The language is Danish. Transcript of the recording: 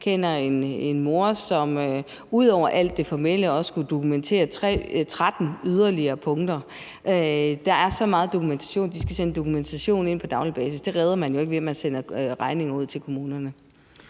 Jeg kender en mor, som ud over alt det formelle også skulle dokumentere yderligere 13 punkter. Der er så meget dokumentation, og de skal sende dokumentation ind på daglig basis. Det redder man dem jo ikke fra, ved at man sender regninger ud til kommunen.